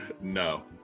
No